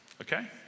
okay